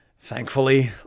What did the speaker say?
Thankfully